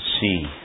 see